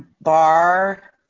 bar